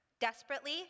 desperately